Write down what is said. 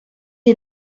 est